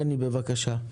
בני, בבקשה.